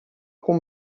com